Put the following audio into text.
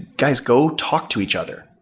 guys, go talk to each other.